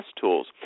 tools